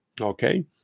Okay